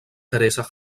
teresa